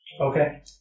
Okay